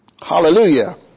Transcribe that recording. Hallelujah